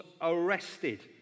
arrested